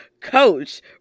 coach